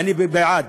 ואני בעד.